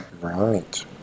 Right